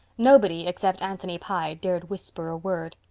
nobody, except anthony pye, dared whisper a word.